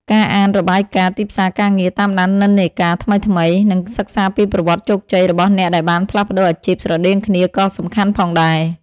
ការអានរបាយការណ៍ទីផ្សារការងារ តាមដាននិន្នាការថ្មីៗ និងសិក្សាពីប្រវត្តិជោគជ័យរបស់អ្នកដែលបានផ្លាស់ប្តូរអាជីពស្រដៀងគ្នាក៏សំខាន់ផងដែរ។